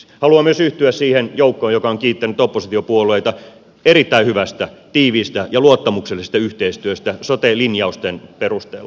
haluan myös yhtyä siihen joukkoon joka on kiittänyt oppositiopuolueita erittäin hyvästä tiiviistä ja luottamuksellisesta yhteistyöstä sote linjausten perusteella